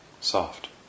soft